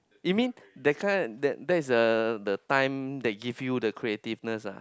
it mean that kind that that is a the time they give you the creativeness ah